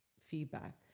feedback